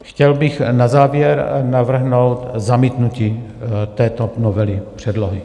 Chtěl bych na závěr navrhnout zamítnutí této novely předlohy.